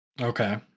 Okay